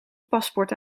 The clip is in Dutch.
paspoort